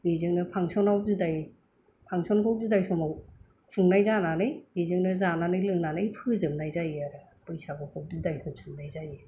बेजोंनो फांशनाव बिदाइ फांशनखौ बिदाइ समाव खुंनाय जानानै बेजोंनो जानानै लोंनानै फोजोबनाय जायो आरो बैसागुखौ बिदाइ होफिननाय जायो